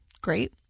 Great